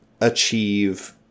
achieve